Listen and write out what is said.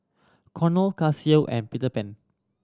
Cornell Casio and Peter Pan